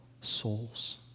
souls